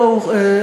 בואו,